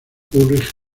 ulrich